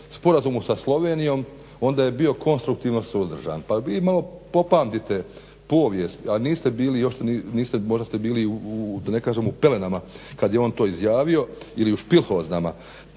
sporazumu sa Slovenijom onda je bio konstruktivno suzdržan. Pa vi malo popamtite povijest, a niste bili, još se niste, možda ste bili da ne kažem u pelenama kad je on to izjavio ili u špilhoznama.